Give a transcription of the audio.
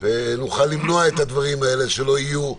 נוכל למנוע את הדברים האלה ושלא יהיו.